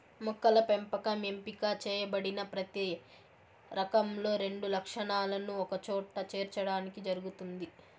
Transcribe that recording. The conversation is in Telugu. మొక్కల పెంపకం ఎంపిక చేయబడిన ప్రతి రకంలో రెండు లక్షణాలను ఒకచోట చేర్చడానికి జరుగుతుంది